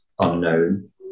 unknown